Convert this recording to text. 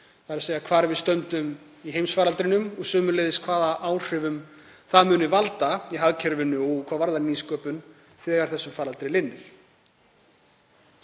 sínu, þ.e. hvar við stöndum í heimsfaraldrinum og sömuleiðis hvaða áhrif hann mun hafa í hagkerfinu og hvað varðar nýsköpun þegar þessum faraldri linnir.